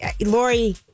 Lori